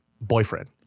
boyfriend